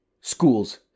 schools